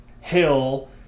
hill